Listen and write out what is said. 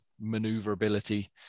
maneuverability